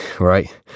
right